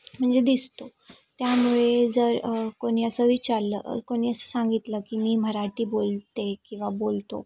म्हणजे दिसतो त्यामुळे जर कोणी असं विचारलं कोणी असं सांगितलं की मी मराठी बोलते किंवा बोलतो